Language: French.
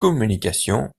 communication